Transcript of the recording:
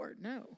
no